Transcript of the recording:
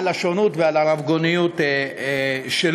על השונות ועל הרבגוניות שלו.